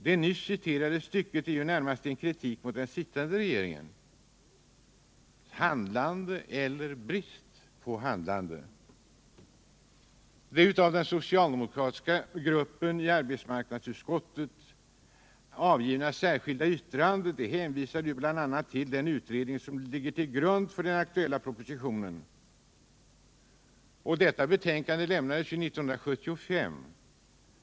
Det nyss citerade stycket är ju närmast en kritik 13 december 1977 mot den sittande regeringens handlande, eller brist på handlande, om I man så vill. Det av den socialdemokratiska gruppen i arbetsmarknads — Skyddat arbete och utskottet avgivna särskilda yttrandet hänvisar bl.a. till att den utredning = yrkesinriktad som ligger till grund för den aktuella propositionen lämnade sitt be = rehabilitering tänkande redan i september 1975.